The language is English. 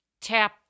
tap